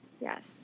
Yes